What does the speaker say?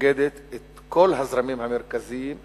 שמאגדת את כל הזרמים המרכזיים,